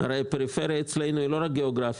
הרי הפריפריה אצלנו היא לא רק גיאוגרפית.